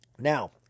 Now